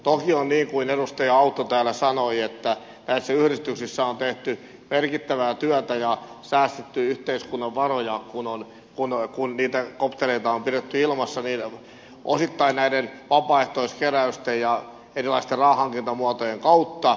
toki on niin kuin edustaja autto täällä sanoi että näissä yhdistyksissä on tehty merkittävää työtä ja säästetty yhteiskunnan varoja kun niitä koptereita on pidetty ilmassa osittain näiden vapaaehtoiskeräysten ja erilaisten rahanhankintamuotojen kautta